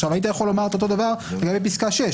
עכשיו היית יכול לומר את אותו דבר לגבי פסקה (6),